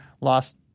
lost